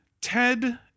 Ted